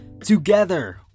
Together